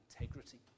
integrity